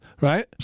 right